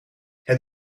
het